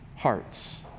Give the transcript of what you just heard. hearts